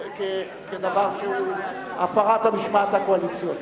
כדבר שהוא הפרת המשמעת הקואליציונית.